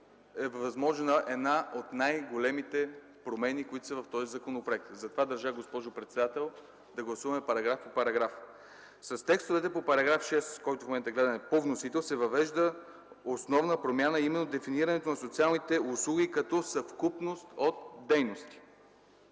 е възможна една от най-големите промени, които са в този законопроект. Затова държа, госпожо председател, да гласуваме параграф по параграф. С текстовете на § 6 по вносител, който в момента гледаме, се въвежда основна промяна именно в дефинирането на социалните услуги като съвкупност от дейности.